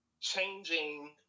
changing